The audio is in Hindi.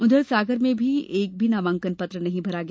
उधर सागर में भी एक भी नामांकन पत्र नहीं भरा गया